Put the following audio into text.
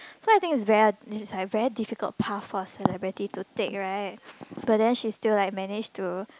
so I think it's very it's like very difficult part for celebrity to take right but then she's still like manage to